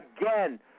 again